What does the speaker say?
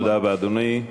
תודה רבה, אדוני.